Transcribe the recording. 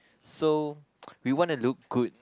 so we wanna look good